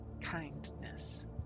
Kindness